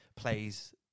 plays